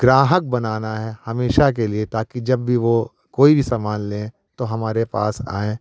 ग्राहक बनाना है हमेशा के लिए ताकि जब भी वो कोई भी समान लें तो हमारे पास आएँ